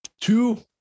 two